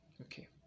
okay